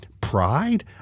pride